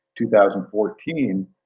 2014